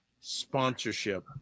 Sponsorship